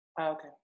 okay